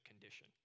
condition